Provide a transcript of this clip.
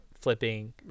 flipping